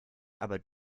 aber